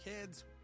Kids